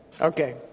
Okay